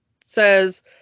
says